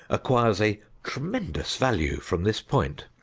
acquires a tremendous value from this point.